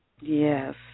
yes